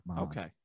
okay